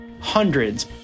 Hundreds